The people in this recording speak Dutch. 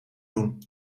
doen